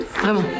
Vraiment